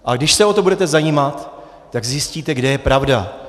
A když se o to budete zajímat, tak zjistíte, kde je pravda.